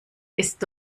ist